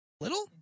Little